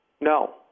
No